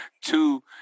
two